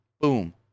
boom